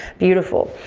beautiful.